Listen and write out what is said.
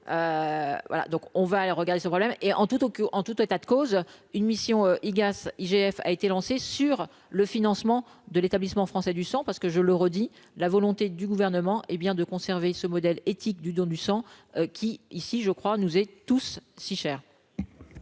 donc on va regarder ce problème, et en tout au en tout état de cause, une mission IGAS IGF a été lancée sur le financement de l'Établissement français du sang, parce que je le redis, la volonté du gouvernement, hé bien de conserver ce modèle éthique du don du sang qui ici je crois nous et tous si cher.